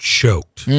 choked